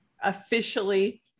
officially